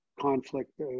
conflict